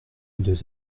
deux